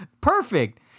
Perfect